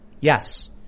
Yes